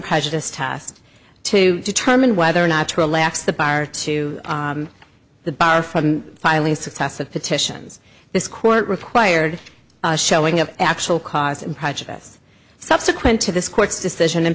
unprejudiced test to determine whether or not to relax the bar to the bar from filing successive petitions this court required showing of actual cause and prejudice subsequent to this court's decision in